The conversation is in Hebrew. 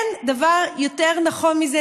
אין דבר יותר נכון מזה,